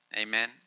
Amen